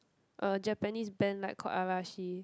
a Japanese band like called Arashi